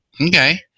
Okay